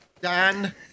Dan